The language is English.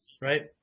right